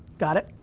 got it?